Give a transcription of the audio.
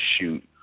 shoot